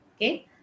Okay